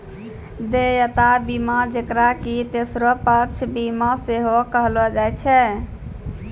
देयता बीमा जेकरा कि तेसरो पक्ष बीमा सेहो कहलो जाय छै